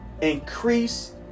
Increase